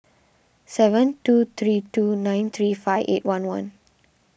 seven two three two nine three five eight one one